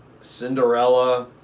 Cinderella